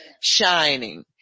shining